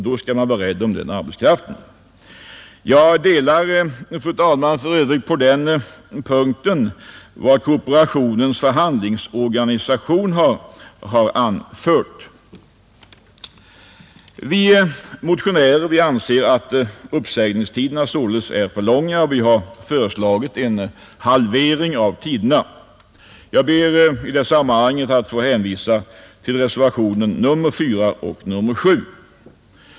Då skall man vara rädd om den arbetskraften. Jag delar, fru talman, på den punkten för övrigt vad Kooperationens förhandlingsorganisation har anfört. Vi motionärer anser att uppsägningstiderna är för långa, och vi har föreslagit en halvering av tiderna. Jag ber i detta sammanhang att få hänvisa till reservationerna 4 och 7.